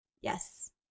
Yes